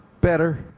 better